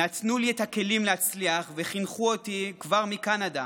נתנו לי את הכלים להצליח וחינכו אותי כבר מקנדה